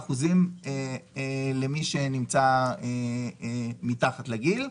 27% למי שנמצא מתחת לגיל.